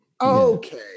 Okay